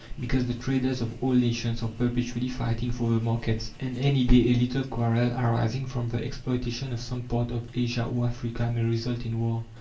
because the traders of all nations are perpetually fighting for the markets, and any day a little quarrel arising from the exploitation of some part of asia or africa may result in war.